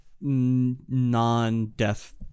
non-death